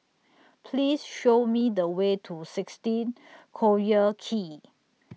Please Show Me The Way to sixteen Collyer Quay